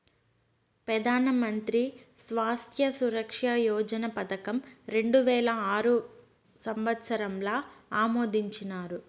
పెదానమంత్రి స్వాస్త్య సురక్ష యోజన పదకం రెండువేల ఆరు సంవత్సరంల ఆమోదించినారు